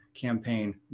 campaign